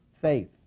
faith